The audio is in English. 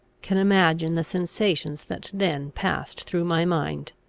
can imagine the sensations that then passed through my mind.